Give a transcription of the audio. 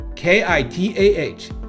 k-i-t-a-h